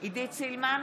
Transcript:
עידית סילמן,